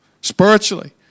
spiritually